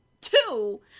Two